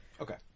Okay